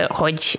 hogy